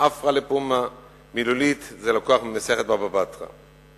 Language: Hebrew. "עפרא לפומיה"; מילולית זה לקוח ממסכת בבא בתרא.